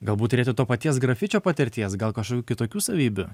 galbūt turėti to paties grafičio patirties gal kažkokių kitokių savybių